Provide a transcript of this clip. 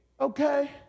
okay